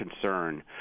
concern